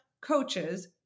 coaches